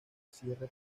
cierre